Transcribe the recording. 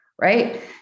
right